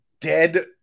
dead